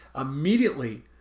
immediately